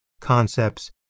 concepts